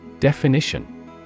Definition